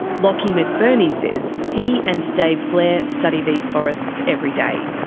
lachie mcburney says he and dave blair study these forests every day.